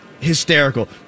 hysterical